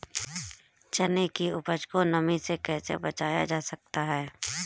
चने की उपज को नमी से कैसे बचाया जा सकता है?